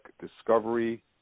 Discovery